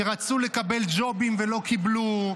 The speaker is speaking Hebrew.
שרצו לקבל ג'ובים ולא קיבלו,